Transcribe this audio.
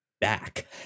back